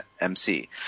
MC